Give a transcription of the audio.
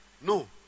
No